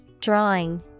Drawing